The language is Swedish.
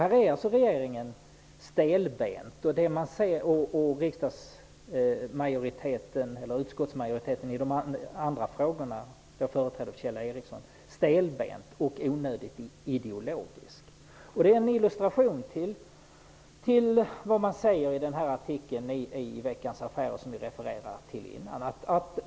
Här är alltså regeringen och utskottsmajoriteten i de frågor som Kjell Ericsson stödde stelbent och onödigt ideologisk. Det är en illustration till det man säger i artikeln i Veckans Affärer, som det har refererats till tidigare.